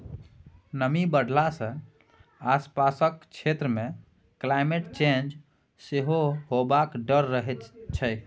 नमी बढ़ला सँ आसपासक क्षेत्र मे क्लाइमेट चेंज सेहो हेबाक डर रहै छै